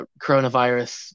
coronavirus